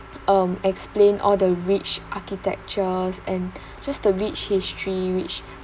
um explain all the rich architectures and just the rich history which